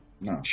No